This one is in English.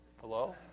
Hello